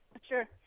Sure